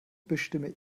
bestimme